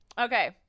Okay